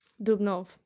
Dubnov